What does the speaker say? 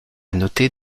noter